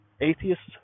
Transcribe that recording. atheists